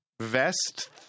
vest